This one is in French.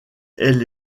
elle